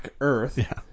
Earth